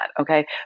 Okay